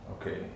Okay